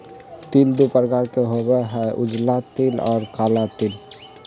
तिल दु प्रकार के होबा हई उजला तिल और काला तिल